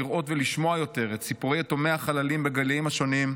לראות ולשמוע יותר את סיפורי יתומי החללים בגילים השונים,